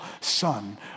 son